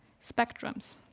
spectrums